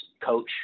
coach